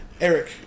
Eric